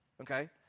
Okay